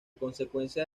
consecuencia